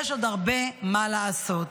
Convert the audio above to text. יש עוד הרבה מה לעשות.